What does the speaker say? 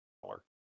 color